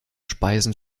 speisen